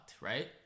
right